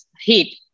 heat